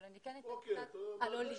אבל אני אתן קצת על עולים.